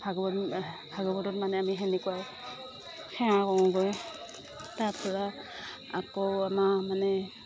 ভাগৱত ভাগৱতত মানে আমি সেনেকুৱা সেৱা কৰোঁগৈ তাৰ পৰা আকৌ আমাৰ মানে